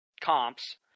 comps